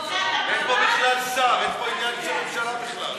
אין פה בכלל שר, אין פה עניין של ממשלה בכלל.